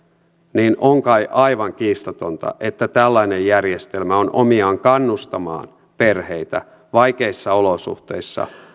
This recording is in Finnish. niin on kai aivan kiistatonta että tällainen järjestelmä on omiaan kannustamaan perheitä vaikeissa olosuhteissa